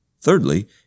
Thirdly